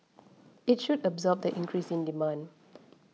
it should absorb the increase in demand